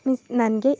means ನನಗೆ